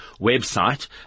website